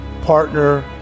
partner